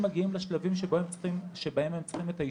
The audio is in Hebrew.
מגיעים לשלבים שבהם הם צריכים את האשפוז.